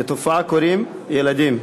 לתופעה קוראים "ילדים".